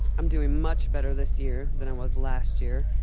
i'm doing much better this year than i was last year,